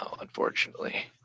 unfortunately